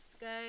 guys